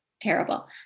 terrible